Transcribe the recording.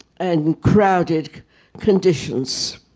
and and crowded conditions?